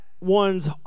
one's